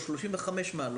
או ב-35 מעלות,